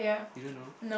you don't know